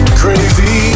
crazy